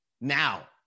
now